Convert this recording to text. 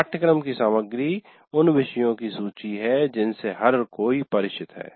पाठ्यक्रम की सामग्री उन विषयों की सूची है जिनसे हर कोई परिचित है